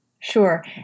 Sure